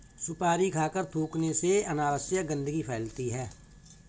सुपारी खाकर थूखने से अनावश्यक गंदगी फैलती है